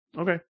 okay